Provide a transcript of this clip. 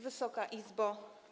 Wysoka Izbo!